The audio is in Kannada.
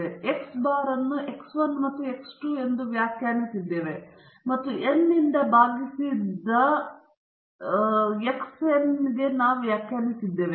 ನಾವು x ಬಾರ್ ಅನ್ನು x 1 ಮತ್ತು x 2 ಎಂದು ವ್ಯಾಖ್ಯಾನಿಸಿದ್ದೇವೆ ಮತ್ತು n ನಿಂದ ಭಾಗಿಸಿದ xn ಗೆ ನಾವು ವ್ಯಾಖ್ಯಾನಿಸಿದ್ದೇವೆ